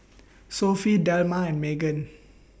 Sophie Delmar and Meaghan